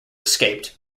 escaped